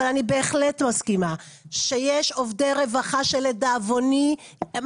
אבל אני בהחלט מסכימה שיש עובדי רווחה שלדאבוני הם